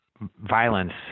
violence